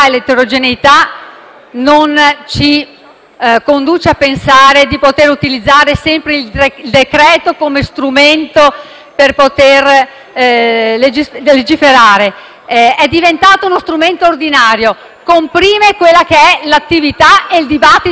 non ci conducono a pensare di poter utilizzare sempre il decreto-legge come strumento per legiferare. È diventato uno strumento ordinario, comprime l'attività e il dibattito parlamentari.